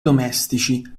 domestici